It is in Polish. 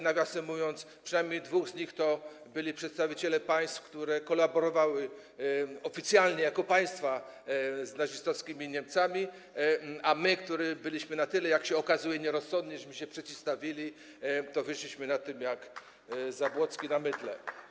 Nawiasem mówiąc, przynajmniej dwóch z nich to byli przedstawiciele państw, które kolaborowały oficjalnie jako państwa z nazistowskimi Niemcami, a my, którzy byliśmy na tyle, jak się okazuje, nierozsądni, że się przeciwstawiliśmy, wyszliśmy na tym jak Zabłocki na mydle.